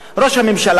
ראש הממשלה,